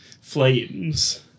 flames